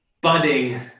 budding